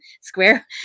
square